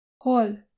Hol